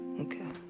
okay